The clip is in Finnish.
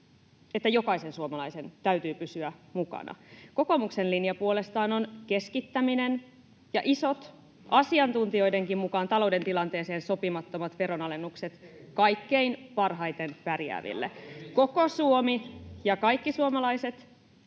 että jokaisen suomalaisen täytyy pysyä mukana. Kokoomuksen linja puolestaan on keskittäminen ja isot, asiantuntijoidenkin mukaan talouden tilanteeseen sopimattomat veronalennukset kaikkein parhaiten pärjääville. [Ben Zyskowicz: Eikä ole!]